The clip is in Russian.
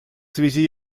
связи